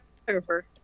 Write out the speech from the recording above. photographer